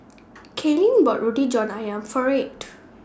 Kaylyn bought Roti John Ayam For Reid